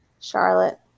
Charlotte